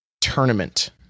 tournament